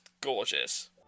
gorgeous